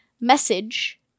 message